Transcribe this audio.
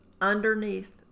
underneath